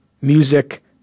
music